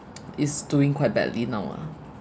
is doing quite badly now lah